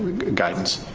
guidance